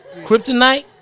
kryptonite